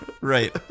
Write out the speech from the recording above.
right